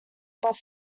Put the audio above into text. bus